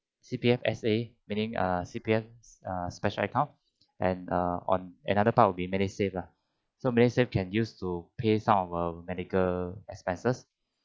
C_P_F S_A meaning uh C_P_F special account and err on another part would be MediSave ah so MediSave can use to pay some of uh medical expenses